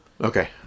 Okay